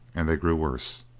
and they grew worse.